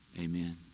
amen